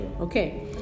Okay